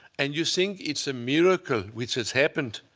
and you think it's a miracle which has happened.